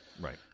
Right